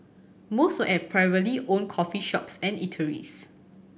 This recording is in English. most were at privately owned coffee shops and eateries